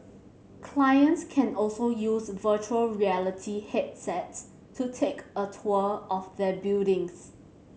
clients can also use virtual reality headsets to take a tour of their buildings